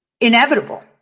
inevitable